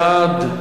17 בעד,